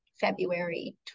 February